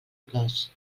plors